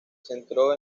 centró